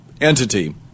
entity